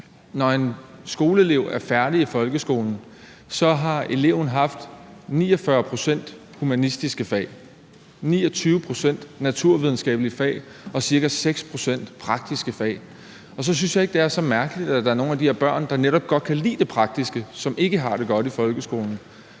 Når en skoleelev er færdig i folkeskolen, har eleven haft 49 pct. humanistiske fag, 29 pct. naturvidenskabelige fag og ca. 6 pct. praktiske fag, og så synes jeg ikke, det er så mærkeligt, at nogle af de her børn, der netop godt kan lide det praktiske, ikke har det godt i folkeskolen.